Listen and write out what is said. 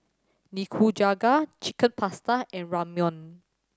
Nikujaga Chicken Pasta and Ramyeon